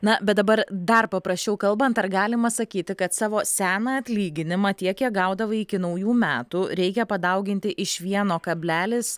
na bet dabar dar paprasčiau kalbant ar galima sakyti kad savo seną atlyginimą tiek kie gaudavai iki naujų metų reikia padauginti iš vieno kablelis